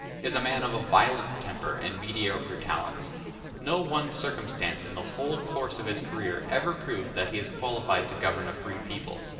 is a man of a violent temper and mediocre talents no one circumstance in the whole course of his career ever proved that he is qualified to govern a free people,